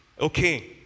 Okay